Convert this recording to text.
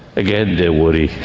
again they worry.